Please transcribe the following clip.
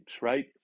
right